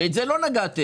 בזה לא נגעתם.